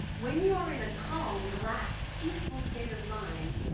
when you're in a calm, relaxed, peaceful state of mind,